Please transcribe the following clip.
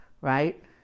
right